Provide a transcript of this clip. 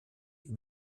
über